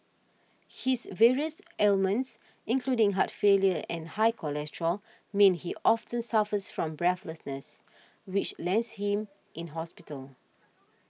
his various ailments including heart failure and high cholesterol mean he often suffers from breathlessness which lands him in hospital